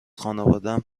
خانوادم